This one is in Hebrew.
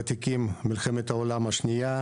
וותיקים מלחמת העולם השנייה,